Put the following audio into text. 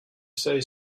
say